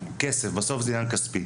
בסוף זה עניין כספי